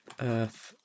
Earth